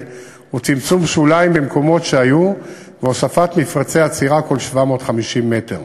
הוא צמצום שוליים במקומות שהיו והוספת מפרצי עצירה כל 750 מטר.